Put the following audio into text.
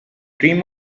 dream